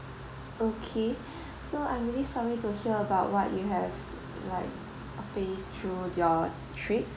okay so I'm really sorry to hear about what you have like face through your trip